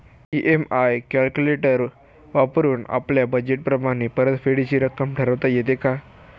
EMI calculator वापरून आपापल्या budget प्रमाणे परतफेडीची रक्कम ठरवता येते का?